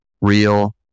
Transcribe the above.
real